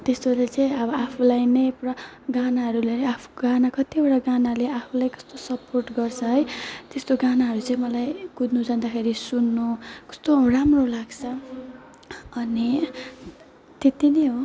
त्यस्तोले चाहिँ अब आफूलाई नै पुरा गानाहरूले आफू गाना कत्तिवटा गानाले आफूलाई कस्तो सपोर्ट गर्छ है त्यस्तो गानाहरू चाहिँ मलाई कुद्नु जाँदाखेरि सुन्नु कस्तो राम्रो लाग्छ अनि त्यत्ति नै हो